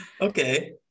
Okay